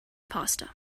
pasta